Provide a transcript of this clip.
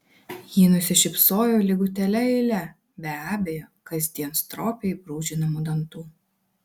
ji nusišypsojo lygutėle eile be abejo kasdien stropiai brūžinamų dantų